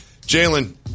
Jalen